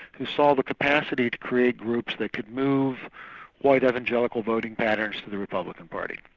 who saw the capacity to create groups that could move white evangelical voting patterns to the republican party.